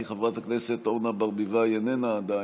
כי חברת הכנסת אורנה ברביבאי איננה עדיין.